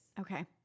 Okay